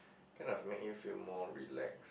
kind of make you feel more relaxed